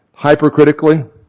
hypercritically